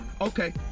Okay